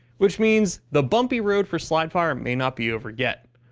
which means the bumpy road for slide fire may not be over yet.